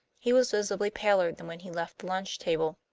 he was visibly paler than when he left the lunch table.